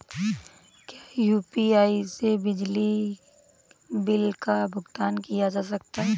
क्या यू.पी.आई से बिजली बिल का भुगतान किया जा सकता है?